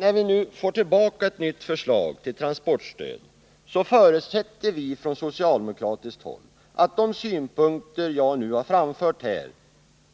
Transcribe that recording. När vi nu får tillbaka ett nytt förslag till transportstöd, så förutsätter vi från socialdemokratiskt håll att de synpunkter jag framfört här